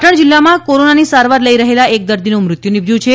પાટણ જિલ્લામાં કોરોનાની સારવાર લઈ રહેલા એક દર્દીનું મૃત્યુ નિપજ્યું છે